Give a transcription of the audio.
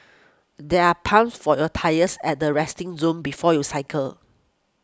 there are pumps for your tyres at the resting zone before you cycle